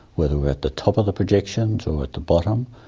whether we're at the top of the projections or at the bottom,